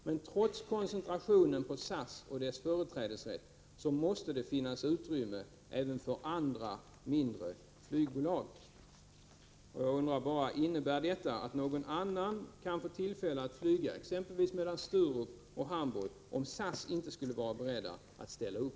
—-=- Men trots koncentrationen på SAS och dess företrädesrätt så måste det finnas utrymme även för andra mindre flygbolag:” Innebär detta att något annat bolag kan få tillfälle att flyga exempelvis mellan Sturup och Hamburg, om SAS inte skulle vara berett att ställa upp?